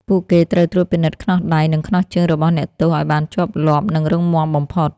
ពួកគេត្រូវត្រួតពិនិត្យខ្នោះដៃ និងខ្នោះជើងរបស់អ្នកទោសឱ្យបានជាប់លាប់ និងរឹងមាំបំផុត។